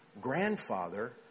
grandfather